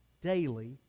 daily